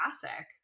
classic